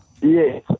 Yes